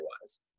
otherwise